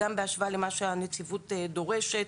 גם בהשוואה למה שהנציבות דורשת,